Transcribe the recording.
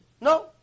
No